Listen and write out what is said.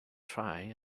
try